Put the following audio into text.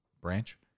branch